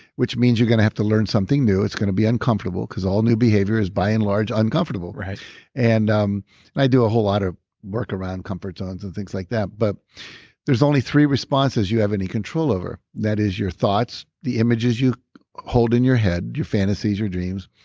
which means you're going to have to learn something new. it's going to be uncomfortable because all new behaviors by and large uncomfortable and um and i do a whole lot of work around comfort zones and things like that, but there's only three responses you have any control over. that is your thoughts, the images you hold in your head your fantasies your dreams,